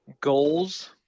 goals